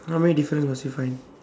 how many difference must we find